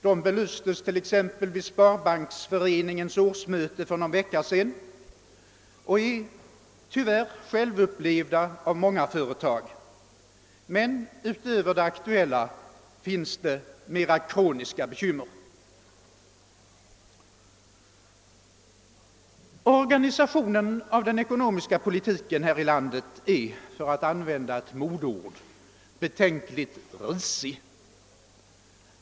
De belystes t.ex. vid Sparbanksföreningens årsmöte för någon vecka sedan och är — tyvärr — självupplevda av många företag. Men utöver de aktuella finns det mera kroniska bekymmer. Organisationen av den ekonomiska politiken här i landet är — för att använda ett modeord — betänkligt risig.